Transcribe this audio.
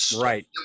right